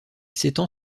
s’étend